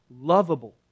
lovable